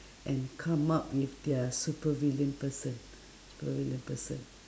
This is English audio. and come up with their supervillain person supervillain person